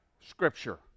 scripture